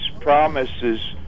promises